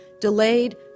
delayed